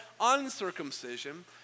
uncircumcision